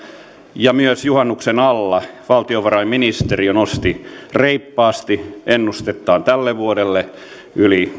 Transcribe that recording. ja juhannuksen alla myös valtiovarainministeriö nosti reippaasti ennustettaan tälle vuodelle yli